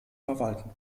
verwalten